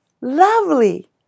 Lovely